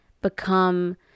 become